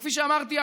וכפי שאמרתי,